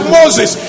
Moses